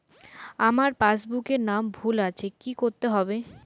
আমার পাসবুকে নাম ভুল আছে কি করতে হবে?